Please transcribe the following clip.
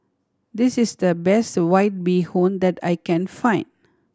this is the best White Bee Hoon that I can find